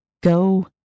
go